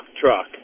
truck